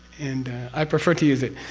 and i prefer to use it.